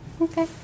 Okay